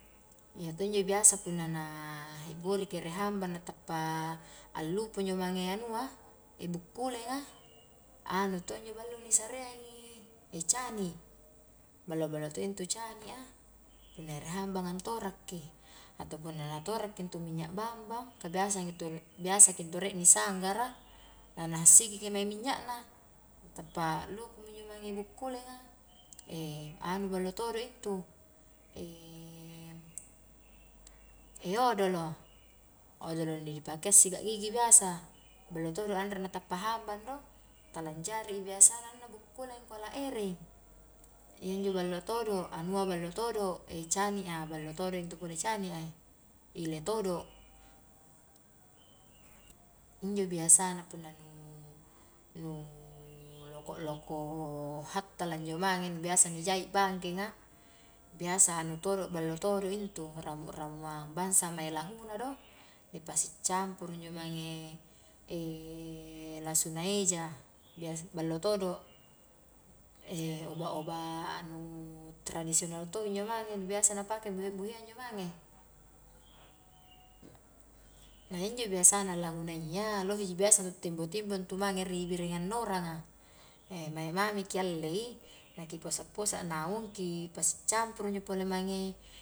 Iya to injo biasa punna hebboriki ere hambang na tappa allupu injo mange anua bukkuleng a, anu to injo ballo ni sareangi cani ballo-ballo to intu cani a punna ere hambang antoraki atau punna na toraki intu minyak bambang ka biasa biasa ki intu rie ni sanggara, na-na hassiki ki mae minyakna, tappa lupu mi injo mange bukkuleng a, anu ballo todo intu, odolo, odolo nu di pakea sikat gigi biasa ballo todo anre na tappa hambang do tala anjari biasana anunna bukkuleng angkua la erei, iya injo ballo todo, anua ballo todo cani a, ballo todo intu punna cani a, ile todo injo biasana punna nu-nu, loko-loko hattala injo mange biasa ni jai' bangkekng a, biasa anu todo ballo todo intu ramu-ramuang bangsa mae lahuna do, ni pasi campuru injo mange lasuna eja, biasa ballo todo obat-obat nu tradisional to injo mange biasa na pake bohe-bohe a injo mange, injo biasana lahunayya loheji biasa nu timbo-timbo intu mange ri biring annorang a, mae mamaki allei naki posa-posa naung ki pasi campuru injo pole mange.